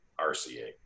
RCA